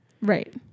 Right